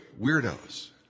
weirdos